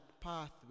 pathway